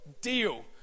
deal